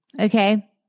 Okay